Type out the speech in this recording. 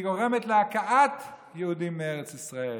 היא גורמת להקאת יהודים מארץ ישראל.